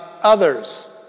others